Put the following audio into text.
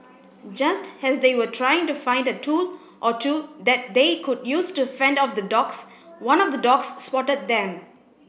just as they were trying to find a tool or two that they could use to fend off the dogs one of the dogs spotted them